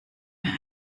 mehr